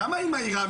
למה היא מעירה?